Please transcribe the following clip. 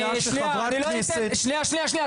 שנייה שנייה,